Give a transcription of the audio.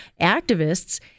activists